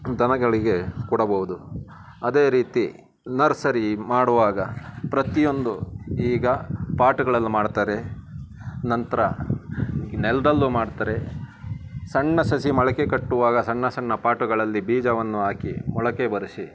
ದನಗಳಿಗೆ ಕೊಡಬೋದು ಅದೇ ರೀತಿ ನರ್ಸರಿ ಮಾಡುವಾಗ ಪ್ರತಿಯೊಂದು ಈಗ ಪಾಟುಗಳಲ್ಲಿ ಮಾಡ್ತಾರೆ ನಂತರ ನೆಲದಲ್ಲೂ ಮಾಡ್ತಾರೆ ಸಣ್ಣ ಸಸಿ ಮೊಳಕೆ ಕಟ್ಟುವಾಗ ಸಣ್ಣ ಸಣ್ಣ ಪಾಟುಗಳಲ್ಲಿ ಬೀಜವನ್ನು ಹಾಕಿ ಮೊಳಕೆ ಬರಿಸಿ